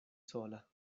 sola